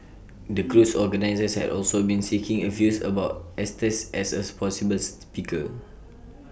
the cruise organisers had also been seeking views about Estes as A possible speaker